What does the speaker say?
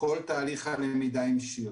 כל תהליך הלמידה המשיך.